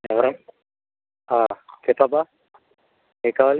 ఎవరు చెప్పమ్మా ఏంకావాలి